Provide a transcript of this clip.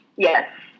Yes